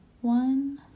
one